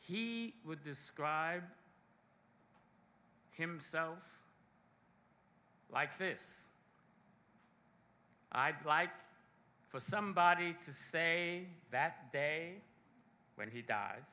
he would describe himself like this i'd like for somebody to say that day when he died